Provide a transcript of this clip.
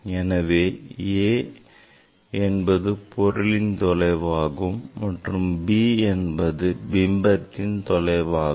எனவே a என்பது பொருள்களின் தொலைவாகும் மற்றும் b என்பது பிம்பத்தின் தொலைவாகும்